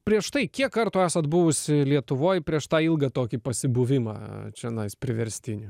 prieš tai kiek kartų esat buvusi lietuvoj prieš tą ilgą tokį pasibuvimą čianais priverstiniu